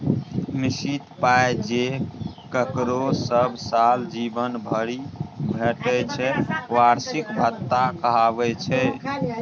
निश्चित पाइ जे ककरो सब साल जीबन भरि भेटय छै बार्षिक भत्ता कहाबै छै